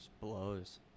blows